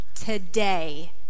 today